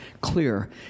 clear